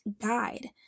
guide